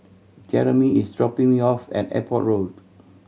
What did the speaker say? Jeremy is dropping me off at Airport Road